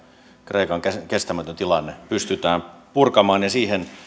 kreikan kestämätön tilanne pystytään purkamaan ja siihen